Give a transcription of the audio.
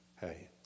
hey